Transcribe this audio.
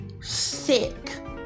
sick